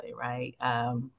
right